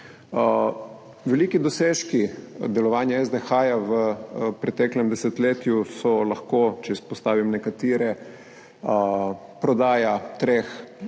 Veliki dosežki delovanja SDH v preteklem desetletju so lahko, če izpostavim nekatere, prodaja treh